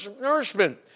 nourishment